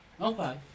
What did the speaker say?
Okay